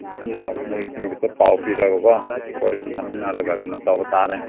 ꯑꯗꯨꯅ ꯃꯣꯏꯁꯤꯡꯗꯨꯁꯨ ꯄꯥꯎ ꯄꯤꯔꯒꯀꯣ ꯋꯥꯔꯤ ꯁꯥꯃꯤꯟꯅꯔꯒ ꯀꯩꯅꯣ ꯇꯧꯕ ꯇꯥꯔꯦ